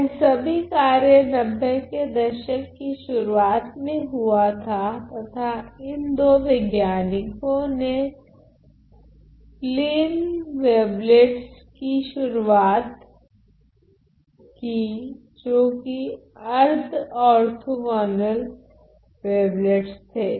यह सभी कार्य 90 के दशक की शुरुआत में हुआ था तथा इन दो वैज्ञानिको ने स्पलिने वेवलेट्स की शुरुआत की जो कि अर्द्ध ओर्थोगोनल वेवलेट्स थे